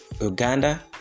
Uganda